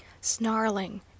Snarling